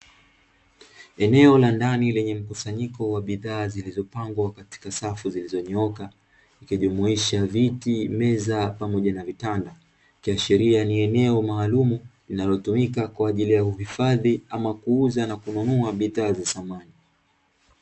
Eneo la ndani lenye mkusanyiko wa bidhaa zilizopangwa katika safu zilizonyooka vikijumuisha viti, meza pamoja na vitanda ikiashiria ni eneo maalumu linalotumika kwa ajili ya uhifadhi ama kuuza na kununua bidhaa za samani.